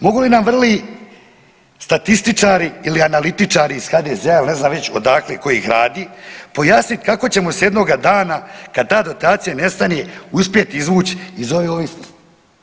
Mogu li nam vrli statističari ili analitičari iz HDZ-a ili ne znam već odakle kojih radnji pojasniti kako ćemo se jednoga dana kad ta dotacija nestane uspjeti izvući iz ove ovisnosti.